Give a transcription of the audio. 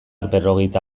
berrogeita